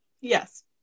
Yes